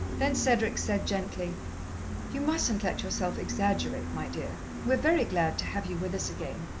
then cedric said gently you mustn't let yourself exaggerate, my dear. we're very glad to have you with us again,